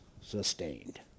sustained